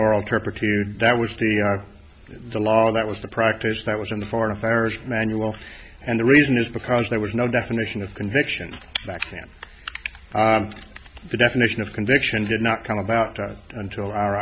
turpitude that was the the law that was the practice that was in the foreign affairs manual and the reason is because there was no definition of conviction back then the definition of conviction did not come about until our